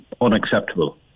unacceptable